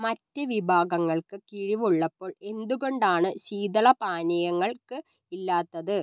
മറ്റ് വിഭാഗങ്ങൾക്ക് കിഴിവ് ഉള്ളപ്പോൾ എന്തുകൊണ്ടാണ് ശീതളപാനീയങ്ങൾക്ക് ഇല്ലാത്തത്